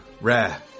Rare